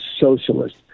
socialist